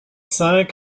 cinq